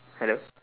hello